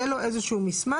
יהיה לו איזה שהוא מסמך,